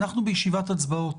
אנחנו בישיבת הצבעות.